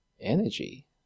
energy